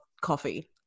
coffee